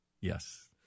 Yes